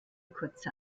kurze